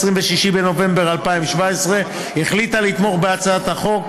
26 בנובמבר 2017 היא לתמוך בהצעת החוק,